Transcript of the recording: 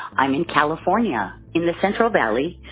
i'm in california in the central valley,